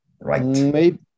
Right